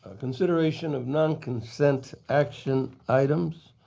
ah consideration of non-consent action items,